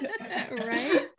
right